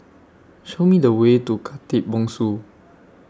Show Me The Way to Khatib Bongsu